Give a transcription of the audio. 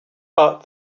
but